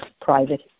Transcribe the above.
private